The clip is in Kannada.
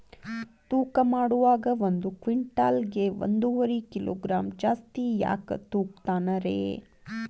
ತೂಕಮಾಡುವಾಗ ಒಂದು ಕ್ವಿಂಟಾಲ್ ಗೆ ಒಂದುವರಿ ಕಿಲೋಗ್ರಾಂ ಜಾಸ್ತಿ ಯಾಕ ತೂಗ್ತಾನ ರೇ?